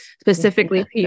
Specifically